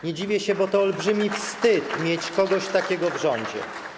Nie dziwię się, bo to olbrzymi wstyd mieć kogoś takiego w rządzie.